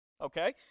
Okay